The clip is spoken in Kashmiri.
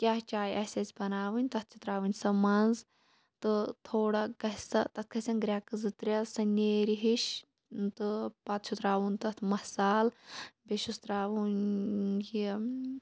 کیٛاہ چاے آسہِ اسہِ بَناوٕنۍ تَتھ چھِ ترٛاوٕنۍ سۄ منٛز تہٕ تھوڑا گَژھہِ سۄ تَتھ کھژھیٚن گرٛیٚکہٕ زٕ ترٛےٚ سۄ نیرِ ہِش ٲں تہٕ پَتہٕ چھُ ترٛاوُن تَتھ مَصالہٕ بیٚیہِ چھُس ترٛاوُن ٲں یہِ